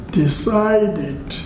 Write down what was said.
decided